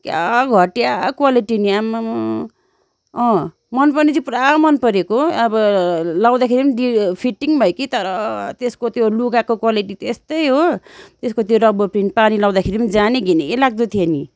क्या घटिया क्वालिटी नि आम्मममम अँ मनपर्नु चाहिँ पुरा मनपरेको अबो लाउँदाखेरि पनि डी फिटिङ भयो कि तर त्यसको त्यो लुगाको क्वालिटी त्यस्तै हो त्यसको त्यो रबर प्रिन्ट पानी लाउँदाखेरि पनि जाने घिनैलाग्दो थियो नि